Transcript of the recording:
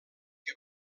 que